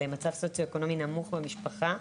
למצב סוציו אקונומי נמוך במשפחה.